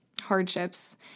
hardships